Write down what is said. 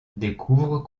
découvre